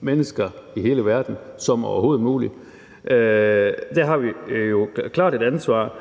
mennesker i hele verden som overhovedet muligt. Der har vi jo klart et ansvar.